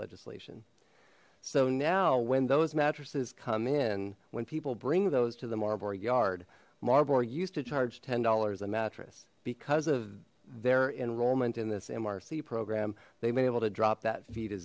legislation so now when those mattresses come in when people bring those to the marburg yard marv are used to charge ten dollars a mattress because of their enrollment in this mrc program they've been able to drop that fee to